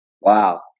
Wow